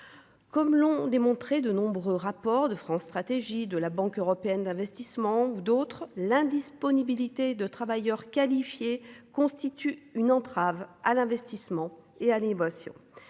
Comme l'ont démontré de nombreux rapport de France Stratégie de la Banque européenne d'investissement ou d'autres. L'indisponibilité de travailleurs qualifiés, constitue une entrave à l'investissement et à l'émotion.